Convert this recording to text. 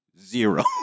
Zero